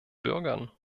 bürgern